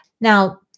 Now